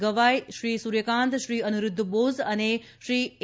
ગવાઇ શ્રી સૂર્યકાંત શ્રી અનિરૂદ્ધ બોઝ અને શ્રી એ